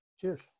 Cheers